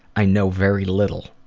i know very little.